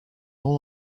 all